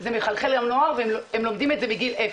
זה מחלחל לנוער והם לומדים את זה מגיל אפס.